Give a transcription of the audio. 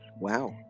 Wow